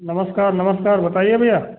नमस्कार नमस्कार बताइए भैया